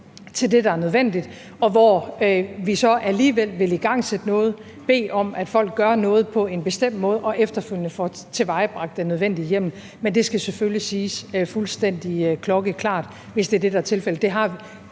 til det, der er nødvendigt, og hvor vi så alligevel vil igangsætte noget, bede om, at folk gør noget på en bestemt måde, og efterfølgende får tilvejebragt den nødvendige hjemmel. Men det skal selvfølgelig siges fuldstændig klokkeklart, hvis det er det, der er tilfældet.